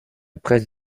presse